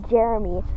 Jeremy